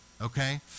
okay